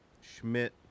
Schmidt